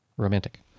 Romantic